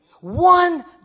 one